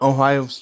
Ohio